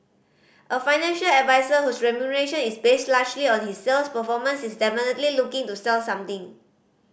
a financial advisor whose remuneration is based largely on his sales performance is definitely looking to sell something